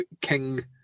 King